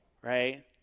Right